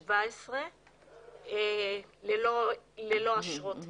ו-13,017 עובדים לא חוקיים ללא אשרות שהייה.